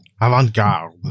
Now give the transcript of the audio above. Avant-Garde